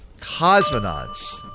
Cosmonauts